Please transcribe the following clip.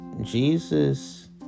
Jesus